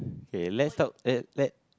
okay let's talk let let